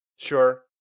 Sure